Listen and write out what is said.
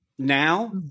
Now